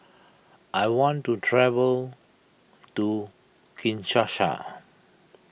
I want to travel to Kinshasa